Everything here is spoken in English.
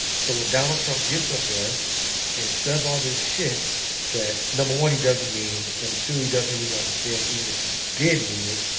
so when donald trump gets up there and says all this shit that number one he doesn't mean, number two he doesn't even understand even if he did mean it,